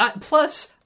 plus